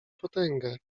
potęgę